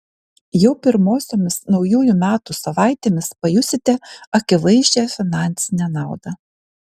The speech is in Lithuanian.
jau pirmosiomis naujųjų metų savaitėmis pajusite akivaizdžią finansinę naudą